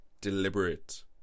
deliberate